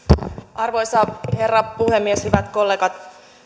arvoisa herra puhemies hyvät kollegat